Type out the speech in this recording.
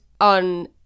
on